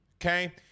Okay